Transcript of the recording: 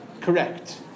Correct